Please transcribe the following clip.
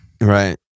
Right